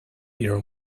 ear